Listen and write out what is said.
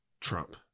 Trump